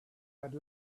had